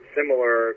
similar